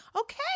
Okay